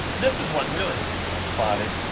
this is what really i spotted.